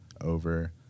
over